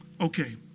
Okay